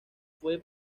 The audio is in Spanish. fue